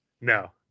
No